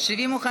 75